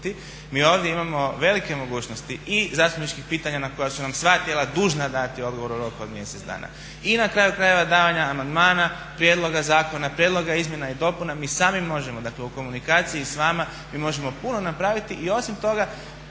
Mi ovdje imamo velike mogućnosti i zastupničkih pitanja na koja su nam sva tijela dužna dati odgovor u roku od mjesec dana. I na kraju krajeva davanja amandmana, prijedloga zakona, prijedloga izmjena i dopuna, mi sami možemo dakle u komunikaciji s vama mi možemo puno napraviti. I osim toga,